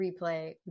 replay